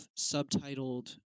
subtitled